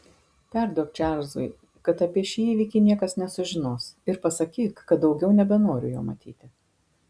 perduok čarlzui kad apie šį įvykį niekas nesužinos ir pasakyk kad daugiau nebenoriu jo matyti